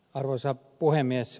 arvoisa puhemies